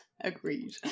Agreed